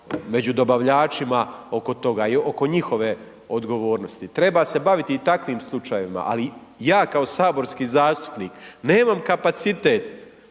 među dobavljačima oko toga, oko njihove odgovornost. Treba se baviti takvim slučajevima, ali ja kao saborski zastupnik, nemam kapacitet,